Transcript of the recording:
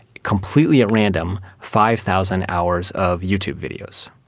completely at random, five thousand hours of youtube videos.